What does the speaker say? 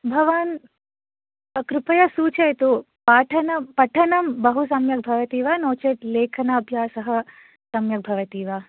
भवान् कृपया सूचयतु पाठन पठनं बहु सम्यक् भवति वा नो चेत् लेखनाभ्यासः सम्यक् भवति वा